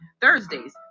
Thursdays